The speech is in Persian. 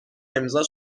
امضا